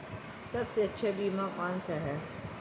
सबसे अच्छा बीमा कौन सा है?